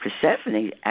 Persephone